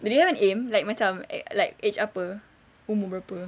do you have an aim like macam at like age apa umur berapa